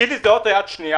כאילו זה אוטו יד שנייה.